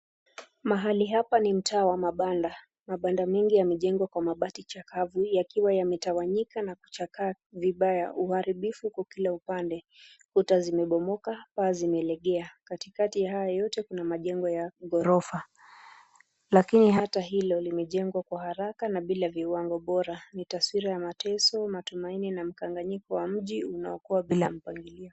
Mahali hapa ni mtaa wa mabanda, mabanda mingi yamejengwa kwa mabati chakavu yakiwa yametawanyika na kuchakaa vibaya. Uharibifu kwa kila upande, ukuta zimebomoka, paa zimelegea katikati ya hayo yote kuna majengo ya ghorofa lakini hata hilo limejengwa kwa haraka na bila viwango bora, ni taswira ya mateso matumaini na mchanganyiko wa mji unaokuwa bila mpangilio.